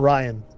Ryan